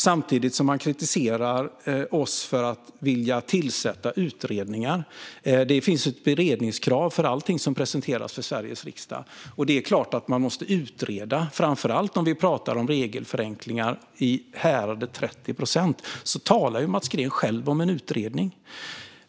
Samtidigt kritiserar han oss för att vi vill tillsätta utredningar. Det finns ju ett beredningskrav för allt som presenteras för Sveriges riksdag. Och det är klart att man måste utreda, framför allt om vi pratar om regelförenklingar i häradet 30 procent. Där talar ju Mats Green själv om en utredning.